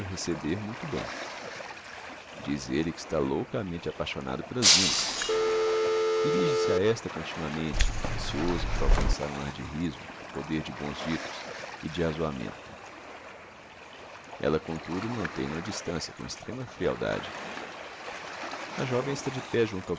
receber muito bem diz elle que está loucamente apaixonado pela zina dirige-se a esta continuamente ancioso por alcançar um ar de riso a poder de bons ditos e de azoamento ella comtudo mantem no a distancia com extrema frialdade a joven está de pé junto ao